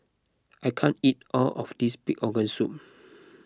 I can't eat all of this Pig Organ Soup